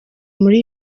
muri